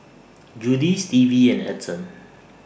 Judie Stevie and Edson